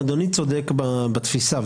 אדוני צודק בתפיסה.